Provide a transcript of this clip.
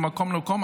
ממקום למקום.